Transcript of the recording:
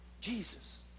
Jesus